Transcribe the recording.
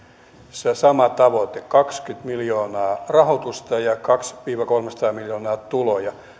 se sama tavoite kaksikymmentä miljoonaa rahoitusta ja kaksisataa viiva kolmesataa miljoonaa tuloja